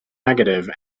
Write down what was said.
negative